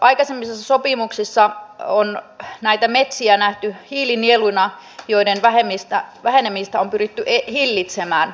aikaisemmissa sopimuksissa on metsiä nähty hiilinieluina joiden vähenemistä on pyritty hillitsemään